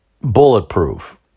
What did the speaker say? bulletproof